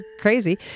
crazy